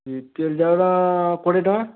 ବି P L ଚାଉଳ କୋଡ଼ିଏ ଟଙ୍କା